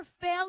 fail